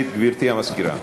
גברתי המזכירה.